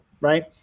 right